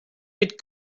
had